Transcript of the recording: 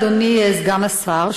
אדוני סגן השר,